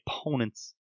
opponent's